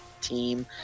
team